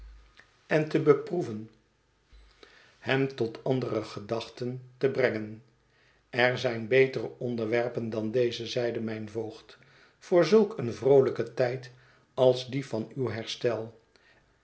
en te beproeven hem tot andere gedachten te brengen er zijn betere onderwerpen dan deze zeide mijn voogd voor zulk een vroolijken tijd als die van uw herstel